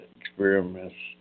experiments